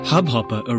Hubhopper